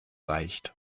reicht